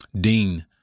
Dean